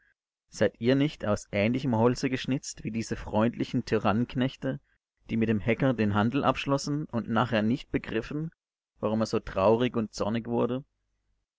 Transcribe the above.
seid ihr nicht aus ähnlichem holze geschnitzt wie diese freundlichen tyrannenknechte die mit dem hecker den handel abschlossen und nachher nicht begriffen warum er so traurig und zornig wurde